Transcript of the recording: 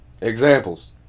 Examples